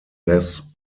less